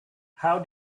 how